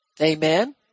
Amen